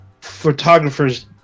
photographers